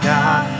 God